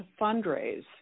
fundraise